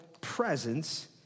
presence